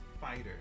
fighter